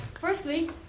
Firstly